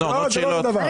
זה לא אותו הדבר.